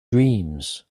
dreams